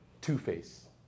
two-face